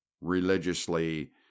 religiously